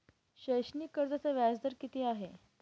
शैक्षणिक कर्जाचा व्याजदर किती आहे?